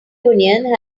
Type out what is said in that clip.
union